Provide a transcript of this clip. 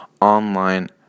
online